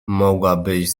mogłabyś